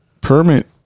Permit